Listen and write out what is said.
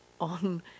on